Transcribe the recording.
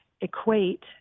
equate